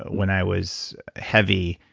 when i was heavy,